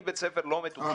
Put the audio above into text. אני בית ספר לא מתוקשב